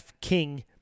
King